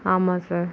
ஆமாம் சார்